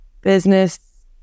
business